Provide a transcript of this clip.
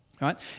right